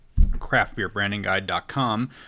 craftbeerbrandingguide.com